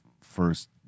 first